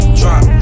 drop